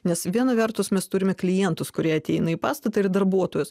nes viena vertus mes turime klientus kurie ateina į pastatą ir darbuotojus